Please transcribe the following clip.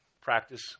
practice